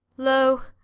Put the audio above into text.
lo,